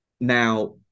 Now